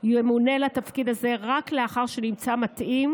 ימונה לתפקיד הזה רק לאחר שנמצא מתאים